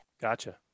Gotcha